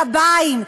קביים.